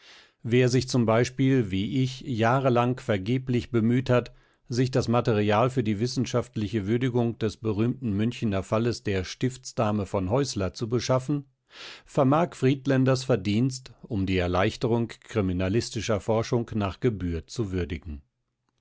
wer sich zum beispiel wie ich jahrelang vergeblich bemüht hat sich das material für die wissenschaftliche würdigung des berühmten münchener falles der stiftsdame von heusler zu beschaffen vermag friedländers verdienst um die erleichterung kriminalistischer forschung nach gebühr zu würdigen